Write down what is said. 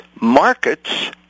markets